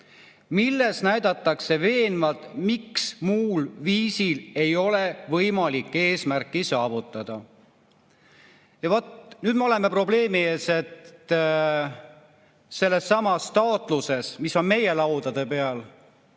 milles näidatakse veenvalt, miks muul viisil ei ole võimalik eesmärki saavutada."Ja vaat nüüd me oleme probleemi ees, et sellessamas taotluses, mis on meie laudade peal,